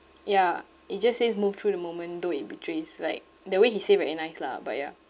ya it just says move through the moment though it betrays like the way he say very nice lah but ya